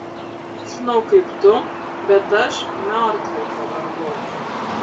nežinau kaip tu bet aš miortvai pavargau